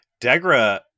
Degra